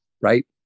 right